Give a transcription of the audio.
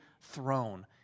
throne